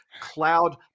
cloud